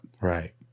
Right